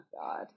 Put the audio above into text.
God